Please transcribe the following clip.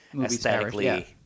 aesthetically